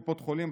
קופות חולים,